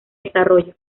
desarrollo